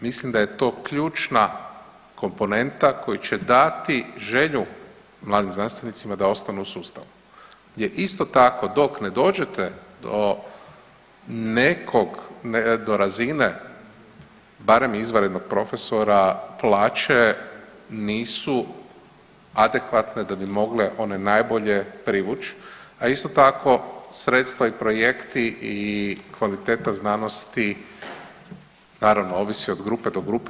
Mislim da je to ključna komponenta koju će dati želju mladim znanstvenicima da ostanu u sustavu, jer isto tako dok ne dođete do nekog, do razine barem izvanrednog profesora plaće nisu adekvatne da bi mogle one najbolje privući, a isto tako sredstva i projekti i kvaliteta znanosti naravno ovisi od grupe do grupe.